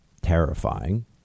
terrifying